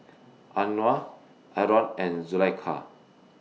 Anuar Aaron and Zulaikha